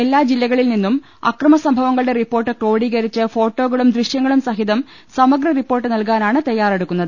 എല്ലാ ജില്ലകളിൽ നിന്നും അക്രമസംഭവങ്ങളുടെ റിപ്പോർട്ട് ക്രോഡീകരിച്ച് ഫോട്ടോകളും ദൃശ്യങ്ങളും സഹിതം സമഗ്ര റിപ്പോർട്ട് നൽകാനാണ് തയ്യാറെടുക്കുന്നത്